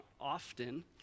often